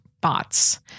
bots